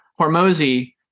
Hormozy